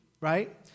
right